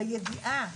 בידיעה,